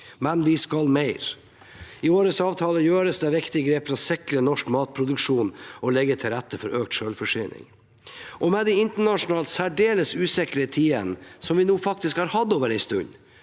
Men vi vil mer. I årets avtale gjøres det viktige grep for å sikre norsk matproduksjon og legge til rette for økt selvforsyning. Med de internasjonalt særdeles usikre tidene som vi nå har hatt en stund,